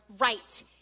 right